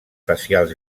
facials